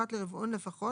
אחת לרבעון לפחות,